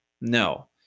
No